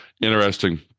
interesting